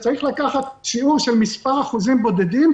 צריך לקחת שיעור של מספר אחוזים בודדים,